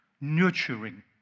nurturing